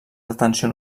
detenció